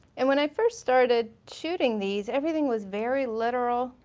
and when i first started shooting these everything was very literal,